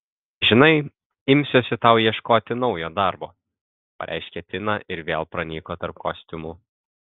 žinai imsiuosi tau ieškoti naujo darbo pareiškė tina ir vėl pranyko tarp kostiumų